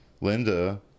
Linda